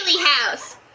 House